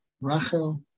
Rachel